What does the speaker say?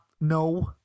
No